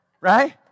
Right